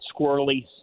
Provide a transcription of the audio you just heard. squirrely